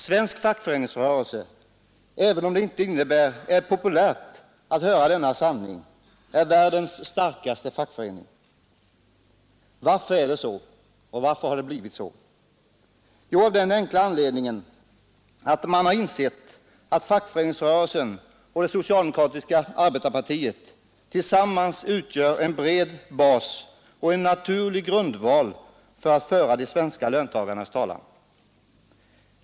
Svensk fackföreningsrörelse är, även om det inte är populärt att höra denna sanning, världens starkaste fackföreningsrörelse. Varför är det så, varför har det blivit så? Jo, av den enkla anledningen att man har insett att fackföreningsrörelsen och det socialdemokratiska arbetarpartiet tillsammans utgör en bred bas och en naturlig grundval för att föra de svenska löntagarnas talan.